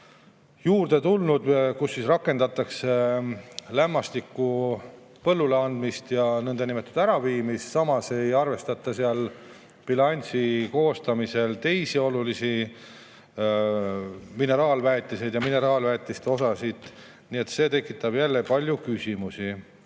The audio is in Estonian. juurde tulnud, kus rakendatakse lämmastiku põllule andmist ja nõndanimetatud äraviimist, samas ei arvestata teisi olulisi mineraalväetiseid ja mineraalväetiste osasid, nii et see tekitab jälle palju küsimusi.